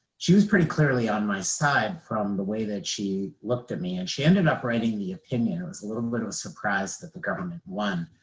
she was pretty clearly on my side from the way that she looked at me. and she ended up writing the opinion. it was a little bit surprise that the government won.